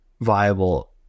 viable